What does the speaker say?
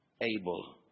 Able